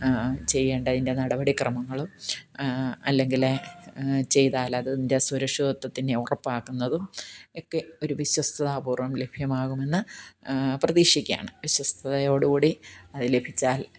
ചെയ്യേണ്ടതിൻ്റെ നടപടി ക്രമങ്ങളും അല്ലെങ്കിൽ ചെയ്താൽ അതിൻ്റെ സുരക്ഷിതത്വത്തിനെ ഉറപ്പാക്കുന്നതും ഒക്കെ ഒരു വിശ്വസ്തത പൂർവ്വം ലഭ്യമാകുമെന്ന് പ്രതീക്ഷിക്കുകയാണ് വിശ്വസ്തതയോടു കൂടി അത് ലഭിച്ചാൽ